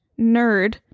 nerd